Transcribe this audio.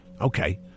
Okay